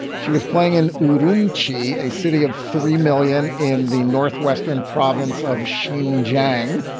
she was playing in adam chey, a city of three million in the northwestern province of ch'ien giang,